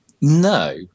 No